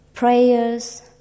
prayers